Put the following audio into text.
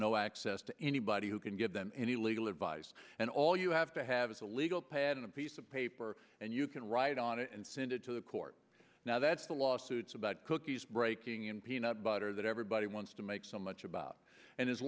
no access to anybody who can give them any legal advice and all you have to have is a legal pad and a piece of paper and you can write on it and send it to the court now that's the lawsuits about cookies breaking and peanut butter that everybody wants to make so much about and as